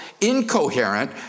incoherent